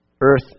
Earth